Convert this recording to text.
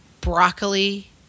broccoli